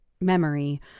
memory